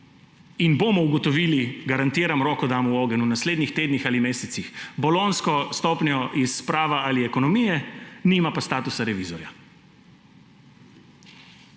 in bomo ugotovili, garantiram, roko dam v ogenj, v naslednjih tednih ali mesecih – bolonjsko stopnjo iz prava ali ekonomije, nima pa statusa revizorja.